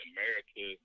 America